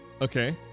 Okay